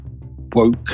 woke